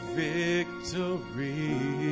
victory